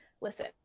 listen